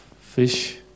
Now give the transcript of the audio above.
fish